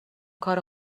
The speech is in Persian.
کار